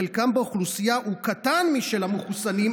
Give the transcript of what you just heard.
חלקם באוכלוסייה קטן משל המחוסנים,